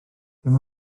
dim